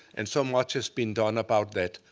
and so much has been done about that.